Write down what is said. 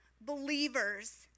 believers